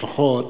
לפחות,